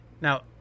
Now